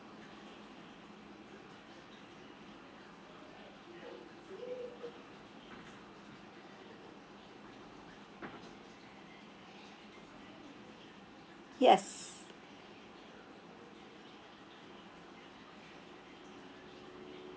yes